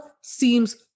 seems